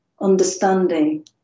understanding